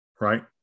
right